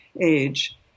Age